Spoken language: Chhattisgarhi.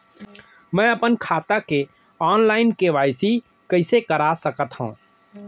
मैं अपन खाता के ऑनलाइन के.वाई.सी कइसे करा सकत हव?